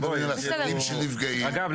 אגב,